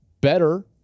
better